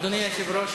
אדוני היושב-ראש,